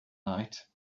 night